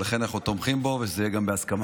ולכן אנחנו תומכים בו וזה יהיה בהסכמה.